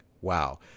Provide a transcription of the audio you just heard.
wow